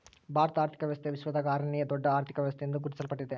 ಭಾರತದ ಆರ್ಥಿಕ ವ್ಯವಸ್ಥೆ ವಿಶ್ವದಾಗೇ ಆರನೇಯಾ ದೊಡ್ಡ ಅರ್ಥಕ ವ್ಯವಸ್ಥೆ ಎಂದು ಗುರುತಿಸಲ್ಪಟ್ಟಿದೆ